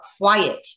quiet